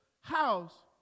house